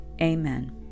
Amen